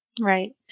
Right